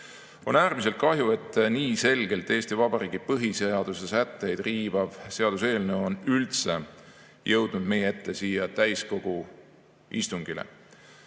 On äärmiselt kahju, et nii selgelt Eesti Vabariigi põhiseaduse sätteid riivav seaduseelnõu on üldse jõudnud meie ette siia täiskogu istungile.